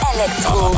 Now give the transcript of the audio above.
Electro